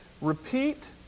Repeat